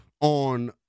on